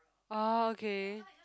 orh okay